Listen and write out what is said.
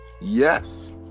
Yes